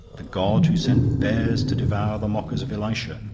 the god who sent bears to devour the mockers of elisha,